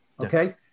Okay